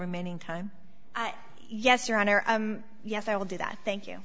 remaining time yes your honor yes i will do that thank you